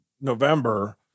November